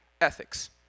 ethics